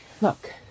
look